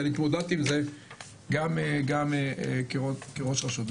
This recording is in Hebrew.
אני התמודדתי עם זה גם כראש רשות.